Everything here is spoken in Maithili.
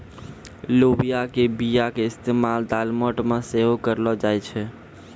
लोबिया के बीया के इस्तेमाल दालमोट मे सेहो करलो जाय छै